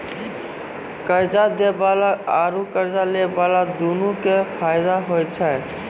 कर्जा दै बाला आरू कर्जा लै बाला दुनू के फायदा होय छै